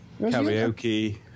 Karaoke